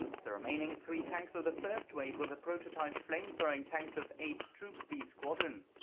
the remaining three tanks of the first wave were the prototype flame throwing tanks of eighth troop, b squadron.